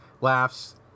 laughs